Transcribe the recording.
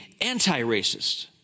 anti-racist